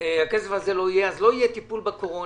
הכסף הזה לא יהיה, אז לא יהיה טיפול בקורונה.